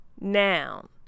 noun